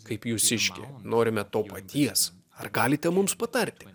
kaip jūsiškiai norime to paties ar galite mums patarti